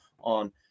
on